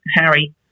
Harry